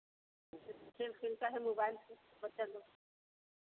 ऐसे खेल खेलता है मोबाइल से बच्चा लोग